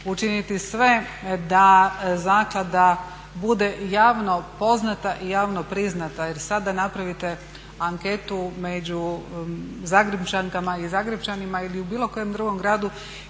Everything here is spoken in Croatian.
učiniti sve da zaklada bude javno poznata i javno priznata jer sad da napravite anketu među Zagrepčanka i Zagrepčanima ili u bilo kojem drugom gradu